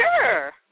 Sure